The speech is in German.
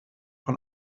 von